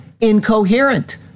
incoherent